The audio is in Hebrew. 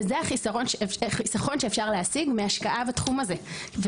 וזה החסכון שאפשר להשיג מהשקעה בתחום הזה.